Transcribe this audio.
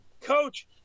Coach